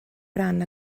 ran